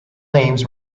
names